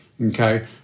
Okay